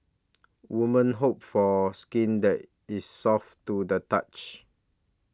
women hope for skin that is soft to the touch